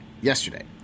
yesterday